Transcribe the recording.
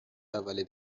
اول